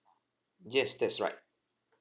yes that's right